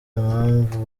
mpamvu